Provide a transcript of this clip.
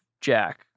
Jack